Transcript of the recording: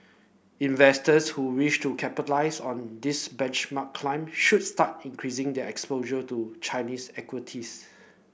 investors who wish to capitalise on this benchmark climb should start increasing their exposure to Chinese equities